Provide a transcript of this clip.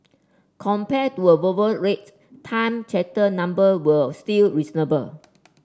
compared to voyage rates time charter number were still reasonable